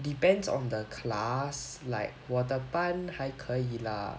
depends on the class like 我的班还可以 lah